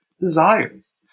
desires